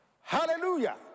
Hallelujah